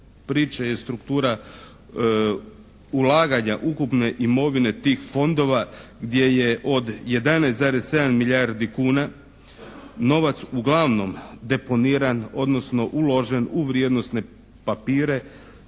priče je struktura ulaganja ukupne imovine tih fondova gdje je od 11,7 milijardi kuna novac uglavnom deponiran odnosno uložen u vrijednosne papire.